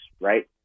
right